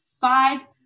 five